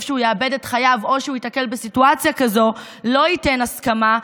שהוא יאבד את חייו או שהוא ייתקל בסיטואציה הזו לא ייתן הסכמה,